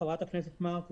ח"כ מארק,